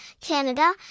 Canada